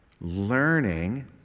Learning